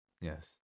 yes